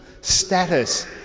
status